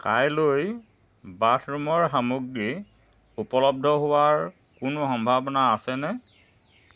কাইলৈ বাথৰুমৰ সামগ্ৰী উপলব্ধ হোৱাৰ কোনো সম্ভাৱনা আছেনে